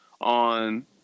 on